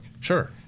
Sure